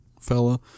fella